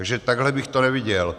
Takže takhle bych to neviděl.